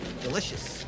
Delicious